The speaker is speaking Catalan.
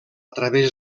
través